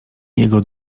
jego